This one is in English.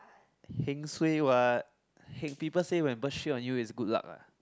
heng suay what he~ people say when bird shit on you is good luck what